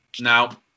Now